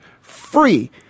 free